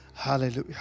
Hallelujah